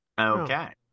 okay